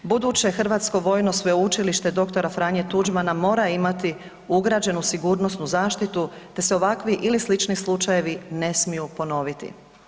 Buduće Hrvatsko vojno sveučilište dr. Franje Tuđmana mora imati ugrađenu sigurnosnu zaštitu te se ovakvi ili slični slučajevi ne smiju ponoviti.